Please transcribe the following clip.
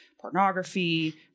pornography